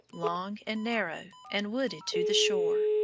long and narrow, and wooded to the shore.